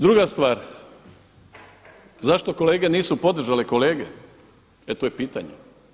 Druga stvar, zašto kolege nisu podržale kolege, e to je pitanje.